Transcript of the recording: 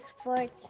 Sports